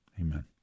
Amen